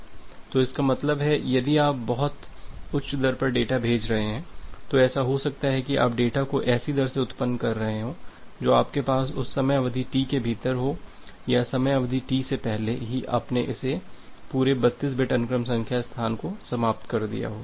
तो इसका मतलब है यदि आप बहुत उच्च दर पर डेटा भेज रहे हैं तो ऐसा हो सकता है कि आप डेटा को ऐसी दर में उत्पन्न कर रहे हों जो आपके पास उस समय अवधि T के भीतर हो या समय अवधि T से पहले ही आपने इस पूरे 32 बिट अनुक्रम संख्या स्थान को समाप्त कर दिया हो